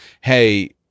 hey